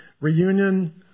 Reunion